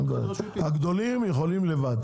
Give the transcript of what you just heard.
הגדולים יכולים לבד,